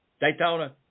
Daytona